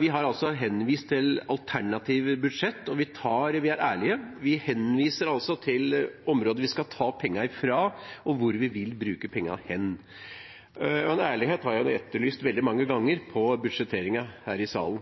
Vi har henvist til alternative budsjetter, og vi er ærlige. Vi henviser til områder vi skal ta pengene fra, og hvor vi vil bruke pengene. En ærlighet har jeg etterlyst veldig mange ganger i budsjetteringen her i salen.